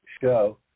show